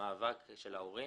למאבק של ההורים.